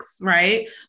right